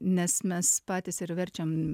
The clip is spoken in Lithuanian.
nes mes patys ir verčiam